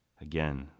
again